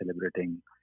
celebrating